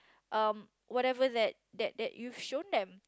um whatever that that that you've shown them